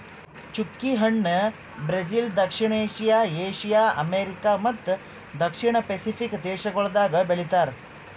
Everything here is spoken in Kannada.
ಚ್ಚುಕಿ ಹಣ್ಣ ಬ್ರೆಜಿಲ್, ದಕ್ಷಿಣ ಏಷ್ಯಾ, ಏಷ್ಯಾ, ಅಮೆರಿಕಾ ಮತ್ತ ದಕ್ಷಿಣ ಪೆಸಿಫಿಕ್ ದೇಶಗೊಳ್ದಾಗ್ ಬೆಳಿತಾರ್